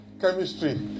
chemistry